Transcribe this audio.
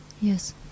Yes